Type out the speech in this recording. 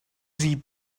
sie